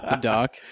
doc